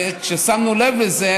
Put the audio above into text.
שמנו לב לזה,